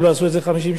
הם לא עשו את זה 50 שנה.